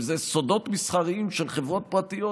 אם אלה סודות מסחריים של חברות פרטיות,